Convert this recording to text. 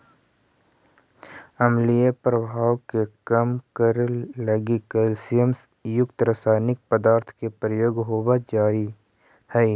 अम्लीय प्रभाव के कम करे लगी कैल्सियम युक्त रसायनिक पदार्थ के प्रयोग होवऽ हई